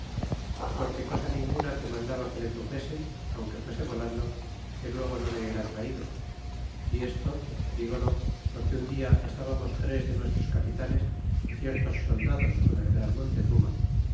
porque cosa ninguna que mandaba que le truxesen aunque fuese volando que luego no le era traido y esto dígolo porque un dia estábamos tres de nuestros c apitanes y ciertos soldados con el gran montezuma